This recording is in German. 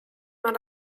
man